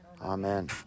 Amen